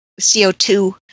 CO2